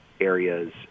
areas